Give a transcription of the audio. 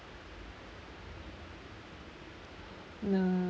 ya